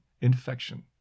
infection